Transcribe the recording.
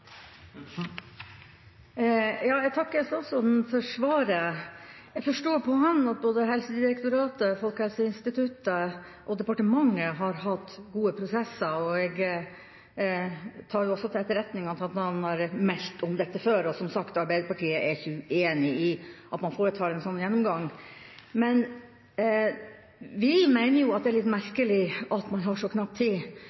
Jeg takker statsråden for svaret. Jeg forstår på han at både Helsedirektoratet, Folkehelseinstituttet og departementet har hatt gode prosesser. Jeg tar også til etterretning at han har meldt om dette før, og som sagt, Arbeiderpartiet er ikke uenig i at man foretar en slik gjennomgang. Vi mener det er litt merkelig at man har så knapp tid.